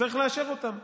וצריך לאשר אותן.